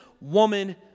woman